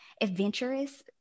adventurous